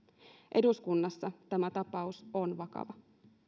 eduskunnassa tämä tapaus on vakava